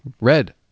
Red